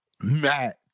matt